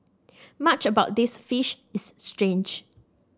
much about this fish is strange